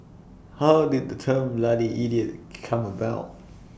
how did the term bloody idiot come about